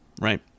right